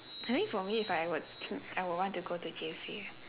I think for me if I were to teach I would want to go to J_C